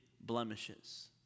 blemishes